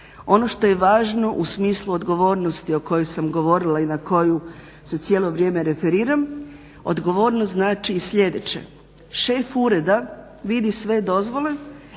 Ono što je važno u smislu odgovornosti o kojoj sam govorila i na koju se cijelo vrijeme referiram. Odgovornost znači i sljedeće. Šef ureda vidi sve dozvole